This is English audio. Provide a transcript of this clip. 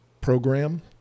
program